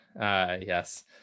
Yes